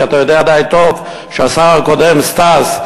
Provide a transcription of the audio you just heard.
כי אתה יודע די טוב שהשר הקודם סטס,